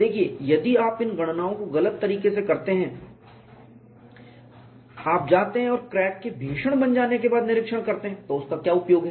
देखिए यदि आप इन गणनाओं को गलत तरीके से करते हैं आप जाते हैं और क्रैक के भीषण बन जाने के बाद निरीक्षण करते हैं तो उसका क्या उपयोग है